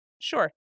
sure